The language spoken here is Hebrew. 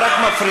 את רק מפריעה.